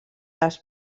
les